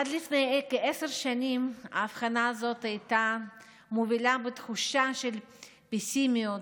עד לפני כעשר שנים האבחנה הזאת הייתה מובילה לתחושה של פסימיות,